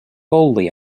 boldly